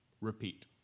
Repeat